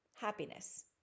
Happiness